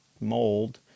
mold